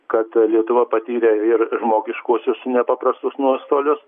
kad lietuva patyrė ir žmogiškuosius nepaprastus nuostolius